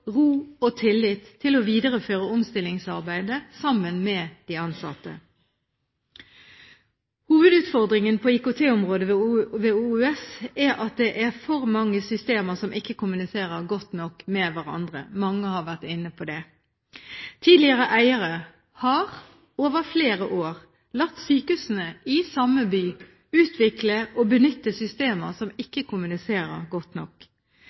ro og tillit til å videreføre omstillingsarbeidet sammen med de ansatte. Hovedutfordringen på IKT-området ved OUS er at det er for mange systemer som ikke kommuniserer godt nok med hverandre. Mange har vært inne på det. Tidligere eiere har over flere år latt sykehusene i samme by utvikle og benytte systemer som ikke kommuniserer godt nok.